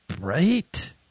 right